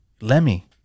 lemmy